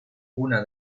una